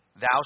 Thou